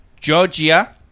Georgia